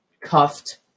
cuffed